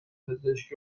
پزشک